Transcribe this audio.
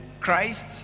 Christ